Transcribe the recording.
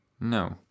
No